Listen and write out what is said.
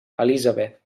elizabeth